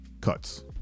cuts